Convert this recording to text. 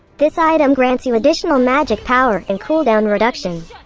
this item grants you additional magic power and cool down reduction.